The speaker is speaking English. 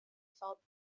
felt